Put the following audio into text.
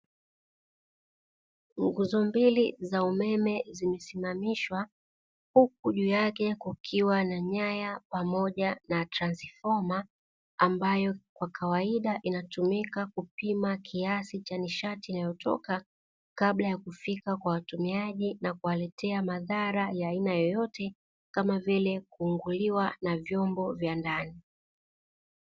Nguzo mbili za umeme zilizosimamishwa, huku juu yake kukiwa na nyanya pamoja na transfoma ambayo kwa kawaida inatumika kupima kiasi cha nishati inayotoka, kabla ya kufika kwa watumiaji na kuwaletea madhara ya aina yoyote, kama vile kuingiliwa vina vyombo vya ndani.